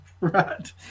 Right